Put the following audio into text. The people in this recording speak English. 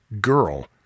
Girl